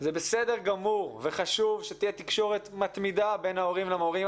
זה בסדר גמור וחשוב שתהיה תקשורת מתמידה בין ההורים למורים,